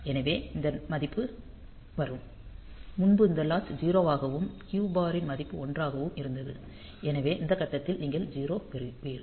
எனவே இந்த மதிப்பு வரும் முன்பு இந்த லாட்சு 0 ஆகவும் Q பாரின் மதிப்பு 1 ஆகவும் இருந்தது எனவே இந்த கட்டத்தில் நீங்கள் 0 பெறுவீர்கள்